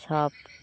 সব